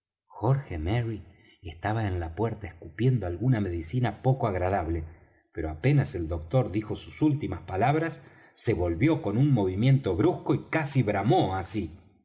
jorge merry estaba en la puerta escupiendo alguna medicina poco agradable pero apenas el doctor dijo sus últimas palabras se volvió con un movimiento brusco y casi bramó así